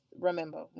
remember